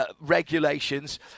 regulations